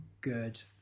good